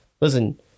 Listen